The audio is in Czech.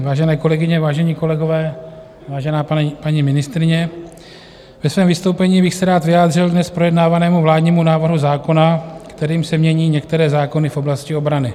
Vážené kolegyně, vážení kolegové, vážená paní ministryně, ve svém vystoupení bych se rád vyjádřil k dnes projednávanému vládnímu návrhu zákona, kterým se mění některé zákony v oblasti obrany.